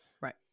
Right